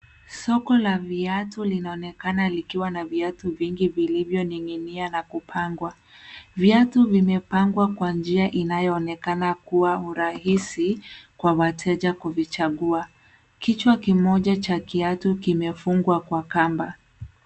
Soko la viatu linaonekana likiwa na viatu vingi vilivyoning'inia na kupangwa. Viatu vimepangwa kwa njia inayoonekana kuwa urahisi kwa wateja kuvichangua. Kichwa kimoja cha kiatu kimefungwa kwa kamba.